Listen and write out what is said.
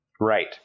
right